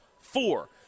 four